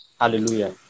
Hallelujah